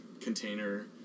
container